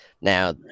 Now